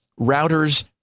routers